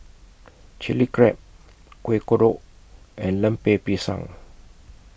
Chili Crab Kueh Kodok and Lemper Pisang